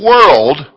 world